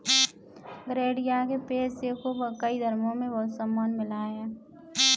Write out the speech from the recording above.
गरेड़िया के पेशे को कई धर्मों में बहुत सम्मान मिला है